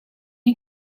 you